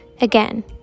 again